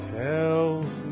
tells